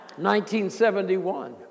1971